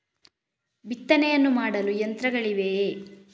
ಬಿತ್ತನೆಯನ್ನು ಮಾಡಲು ಯಂತ್ರಗಳಿವೆಯೇ?